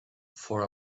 for